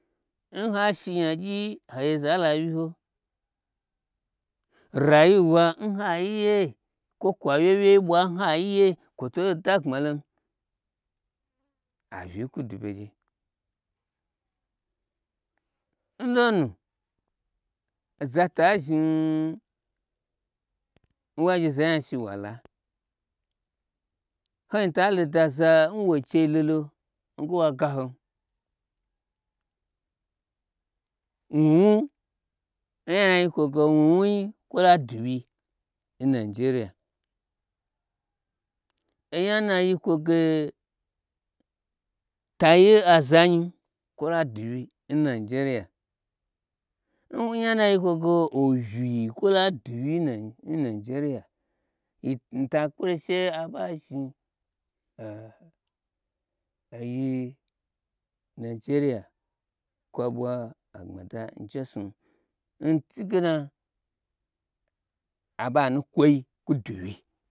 N ha shi nyagyi hagye zala wyi ho rayuwa n haiyiye kwo kwa wyei wyei bwa n haiye kwoto da gbmalom, avyi kwu du ɓegye nlonu zata zhni nwa gye zanya shi wala, lwin ta lo daza n woin chelolo nge wa gahon wnu wnu nya na yi kwo ge wnu wnui kwola du wyi n nijeriya. Onya na yi kwoge ta ye azamyin kwola du wyi n nijeriya onya n na yi kwo ge ovyi kwola duwyi n nijeriya mita kpelo she aɓa zhni oyi nijeriya kwa ɓwa agmada njesnu ntugena aɓo anukwoi kwa duwyi.